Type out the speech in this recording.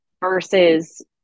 versus